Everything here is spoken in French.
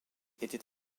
était